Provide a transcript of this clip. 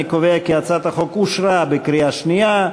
אני קובע כי הצעת החוק אושרה בקריאה שנייה.